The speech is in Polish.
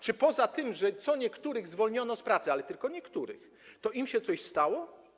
Czy poza tym, że co niektórych zwolniono z pracy, ale tylko niektórych, coś się im stało?